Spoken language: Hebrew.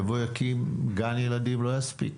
יבוא, יקים גן ילדים, לא יספיק.